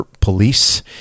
police